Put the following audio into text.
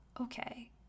okay